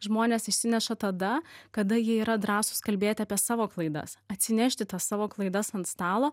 žmonės išsineša tada kada jie yra drąsūs kalbėti apie savo klaidas atsinešti tą savo klaidas ant stalo